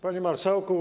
Panie Marszałku!